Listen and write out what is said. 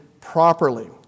properly